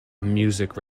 music